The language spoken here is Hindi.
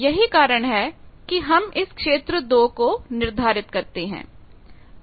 यही कारण है कि हम इस क्षेत्र २ को निर्धारित करते है